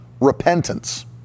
repentance